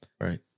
Right